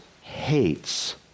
hates